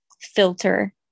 filter